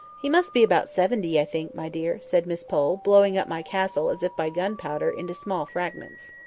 he must be about seventy, i think, my dear, said miss pole, blowing up my castle, as if by gun-powder, into small fragments.